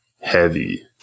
heavy